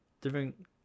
different